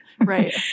Right